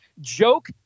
joke